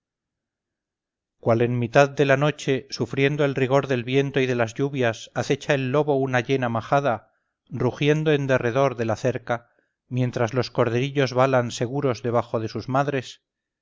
cual en mitad de la noche sufriendo el rigor del viento y de las lluvias acecha el lobo una llena majada rugiendo en derredor de la cerca mientras los corderillos balan seguros debajo de sus madres